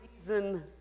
reason